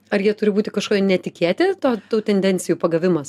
ar jie turi būti kažkokie netikėti to tų tendencijų pagavimas